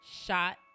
shot